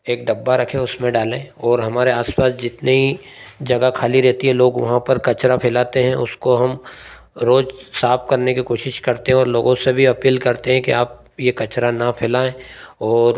एक डब्बा रखें उसमें डालें और हमारे आसपास जितनी जगह खाली रहती है लोग वहाँ पर कचरा फैलाते हैं उसको हम रोज़ साफ करने की कोशिश करते हैं और लोगों से भी अपील करते हैं कि आप यह कचरा ना फैलाएँ और